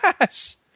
yes